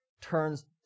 turns